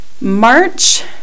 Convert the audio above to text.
March